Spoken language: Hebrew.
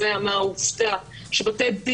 של צו עיכוב יציאה מהארץ ולא התייחסנו